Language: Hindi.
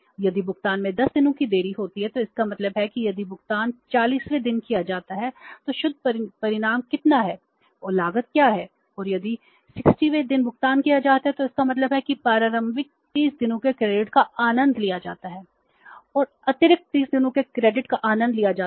यदि भुगतान में 10 दिनों की देरी होती है तो इसका मतलब है कि यदि भुगतान 40 वें दिन किया जाता है तो शुद्ध परिणाम कितना है और लागत क्या है और यदि 60 वें दिन भुगतान किया जाता है तो इसका मतलब है कि प्रारंभिक 30 दिनों के क्रेडिट का आनंद लिया जाता है